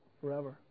Forever